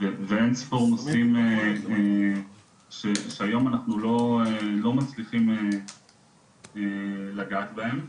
ואין ספור נושאים שהיום אנחנו לא מצליחים לגעת בהם.